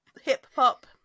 hip-hop